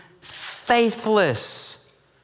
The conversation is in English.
faithless